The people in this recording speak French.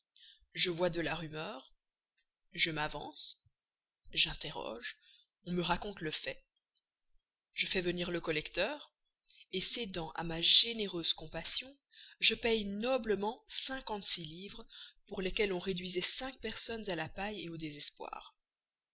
je vois de la rumeur je m'avance j'interroge on me raconte le fait je fais venir le collecteur cédant à ma généreuse compassion je paie noblement cinquante-six livres pour lesquelles on réduisait cinq personnes à la paille au désespoir